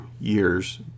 years